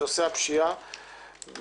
בנושא הפשיעה,